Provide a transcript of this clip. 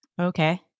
Okay